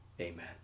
amen